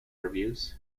reviews